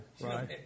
right